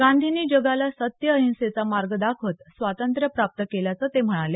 गांधीनी जगाला सत्य अहिंसेचा मार्ग दाखवत स्वांतत्र्य प्राप्त केल्याचं ते म्हणाले